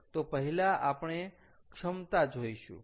તો પહેલા આપણે ક્ષમતા જોઈશું